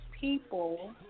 people